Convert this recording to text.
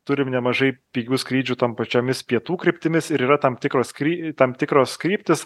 turim nemažai pigių skrydžių tom pačiomis pietų kryptimis ir yra tam tikros skry tam tikros kryptys